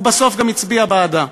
הוא בסוף גם הצביע בעדה,